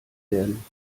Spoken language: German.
werden